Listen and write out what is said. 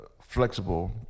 flexible